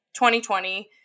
2020